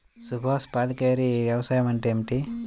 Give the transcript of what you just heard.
సుభాష్ పాలేకర్ వ్యవసాయం అంటే ఏమిటీ?